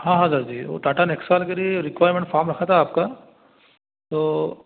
हाँ हाँ सर जी वह टाटा नेक्सोन के लिए रिक्वायमेंट फॉर्म रखा था आपका तो